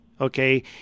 Okay